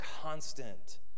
Constant